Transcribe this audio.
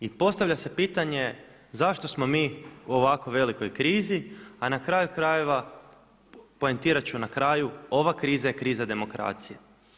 I postavlja se pitanje zašto smo mi u ovako velikoj krizi, a na kraju krajeva poentirat ću na kraju, ova kriza je kriza demokracije.